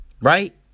right